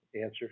answer